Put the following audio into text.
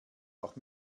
auch